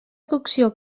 cocció